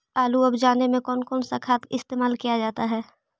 आलू अब जाने में कौन कौन सा खाद इस्तेमाल क्या जाता है?